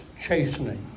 chastening